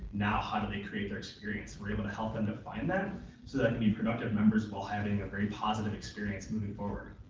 now how do they create their experience? we're able to help them define that so that they can be productive members while having a very positive experience moving forward.